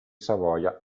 savoia